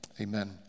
Amen